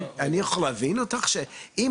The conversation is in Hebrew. אני רוצה להבין את מה שאת אומרת,